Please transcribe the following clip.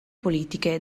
politiche